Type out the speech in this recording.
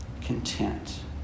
content